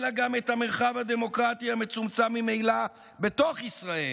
אלא גם את המרחב הדמוקרטי המצומצם ממילא בתוך ישראל.